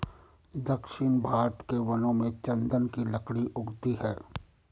दक्षिण भारत के वनों में चन्दन की लकड़ी उगती है